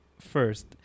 first